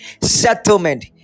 settlement